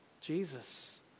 Jesus